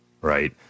right